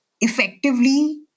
effectively